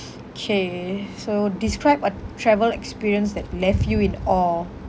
K so describe a travel experience that left you in awe